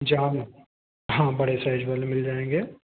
जाम हाँ बड़े साइज़ वाले मिल जाएँगे